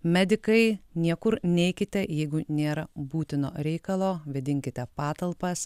medikai niekur neikite jeigu nėra būtino reikalo vėdinkite patalpas